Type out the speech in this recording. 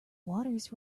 waters